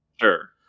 Sure